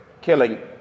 killing